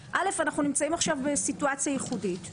אבל א' אנחנו נמצאים עכשיו בסיטואציה ייחודית,